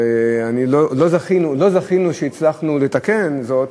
ולא זכינו ולא הצלחנו לתקן זאת.